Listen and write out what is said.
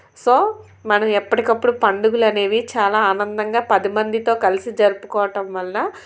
so మనం ఎప్పటికప్పుడు పండుగలు అనేవి చాలా ఆనందంగా పదిమందితో కలిసి జరుపుకోవడం వల్ల